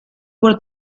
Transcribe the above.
por